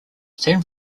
san